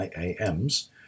IAMs